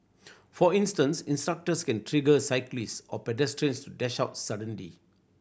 for instance instructors can trigger cyclist or pedestrians to dash out suddenly